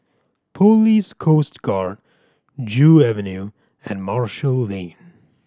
Police Coast Guard Joo Avenue and Marshall Lane